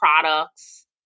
products